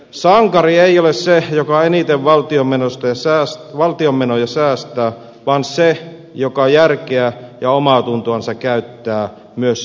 sankari ei ole se joka eniten valtion menoja säästää vaan se joka järkeä ja omaatuntoansa käyttää myös säästäessään